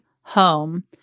home